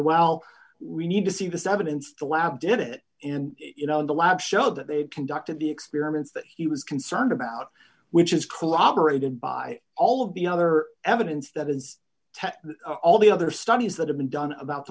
well we need to see this evidence the lab did it in you know in the lab showed that they conducted the experiments that he was concerned about which is corroborated by all of the other evidence that has all the other studies that have been done about t